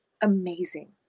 amazing